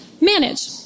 Manage